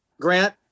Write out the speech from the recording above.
Grant